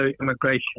immigration